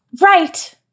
right